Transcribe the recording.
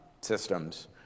systems